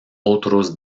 otros